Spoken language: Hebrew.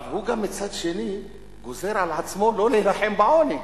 אבל מצד אחר הוא גוזר על עצמו לא להילחם בעוני.